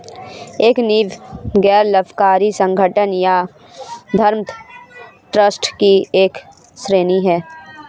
एक नींव गैर लाभकारी संगठन या धर्मार्थ ट्रस्ट की एक श्रेणी हैं